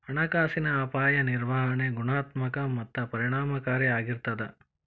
ಹಣಕಾಸಿನ ಅಪಾಯ ನಿರ್ವಹಣೆ ಗುಣಾತ್ಮಕ ಮತ್ತ ಪರಿಣಾಮಕಾರಿ ಆಗಿರ್ತದ